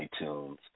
iTunes